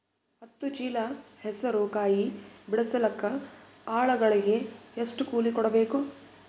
ಹತ್ತು ಚೀಲ ಹೆಸರು ಕಾಯಿ ಬಿಡಸಲಿಕ ಆಳಗಳಿಗೆ ಎಷ್ಟು ಕೂಲಿ ಕೊಡಬೇಕು?